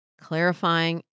clarifying